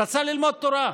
הוא רצה ללמוד תורה,